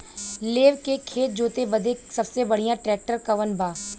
लेव के खेत जोते बदे सबसे बढ़ियां ट्रैक्टर कवन बा?